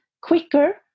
quicker